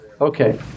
Okay